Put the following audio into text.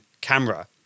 camera